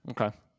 Okay